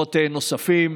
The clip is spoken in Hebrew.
מקומות נוספים.